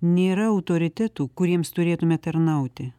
nėra autoritetų kur jiems turėtume tarnauti